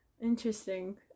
interesting